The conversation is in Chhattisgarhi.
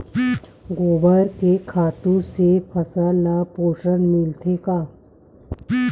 गोबर के खातु से फसल ल पोषण मिलथे का?